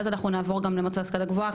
אחר כך נעבור למועצה להשכלה גבוהה,